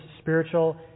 spiritual